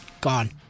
Gone